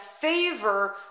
favor